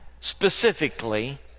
specifically